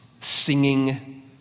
singing